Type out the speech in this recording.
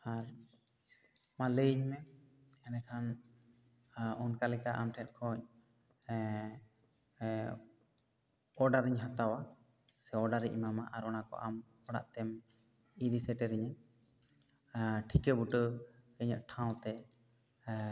ᱟᱨ ᱢᱟ ᱞᱟᱹᱭ ᱟᱹᱧ ᱢᱮ ᱮᱱᱮᱠᱷᱟᱱ ᱚᱱᱠᱟᱞᱮᱠᱟ ᱟᱢ ᱴᱷᱮᱱ ᱠᱷᱚᱡ ᱳᱰᱟᱨ ᱤᱧ ᱦᱟᱛᱟᱣᱟ ᱥᱮ ᱳᱰᱟᱨ ᱤᱧ ᱮᱢᱟᱢᱟ ᱚᱱᱟ ᱠᱚ ᱟᱢ ᱚᱲᱟᱜ ᱛᱮᱢ ᱤᱫᱤ ᱥᱮᱴᱮᱨ ᱟᱹᱧᱟ ᱴᱷᱤᱠᱟᱹ ᱵᱩᱴᱟᱹ ᱤᱧᱟᱹᱜ ᱴᱷᱟᱶ ᱛᱮ